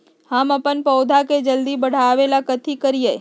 हम अपन पौधा के जल्दी बाढ़आवेला कथि करिए?